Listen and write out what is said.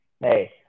Hey